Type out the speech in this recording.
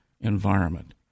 environment